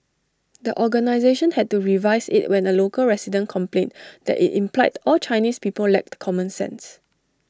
the organisation had to revise IT when A local resident complained that IT implied all Chinese people lacked common sense